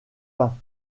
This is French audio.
pin